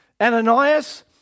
Ananias